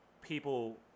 people